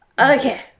okay